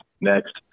Next